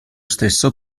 stesso